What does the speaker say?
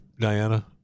Diana